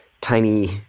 tiny